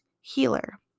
healer